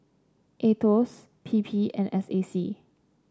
Aetos P P and S A C